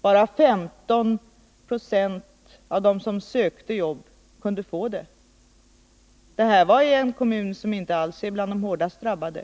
Bara 15 90 av dem som sökte jobb kunde få det. Det här är alltså en kommun som inte alls hör till de hårdast drabbade.